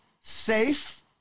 safe